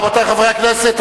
רבותי חברי הכנסת,